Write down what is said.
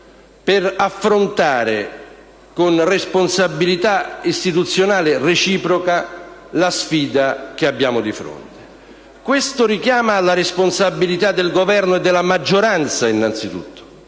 per affrontare con responsabilità istituzionale reciproca la sfida che abbiamo di fronte. Questo richiama, innanzitutto, alla responsabilità del Governo e della maggioranza e, da questo